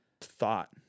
thought